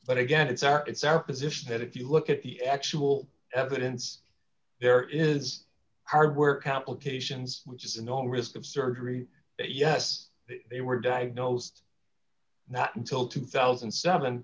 but again it's our it's our position that if you look at the actual evidence there is hardware complications which is in the risk of surgery yes they were diagnosed not until two thousand and seven